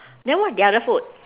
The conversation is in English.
then what's the other food